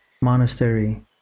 Monastery